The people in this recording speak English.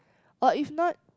or if not